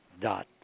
dot